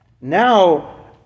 Now